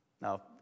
Now